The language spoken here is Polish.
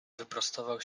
wyprostował